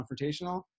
confrontational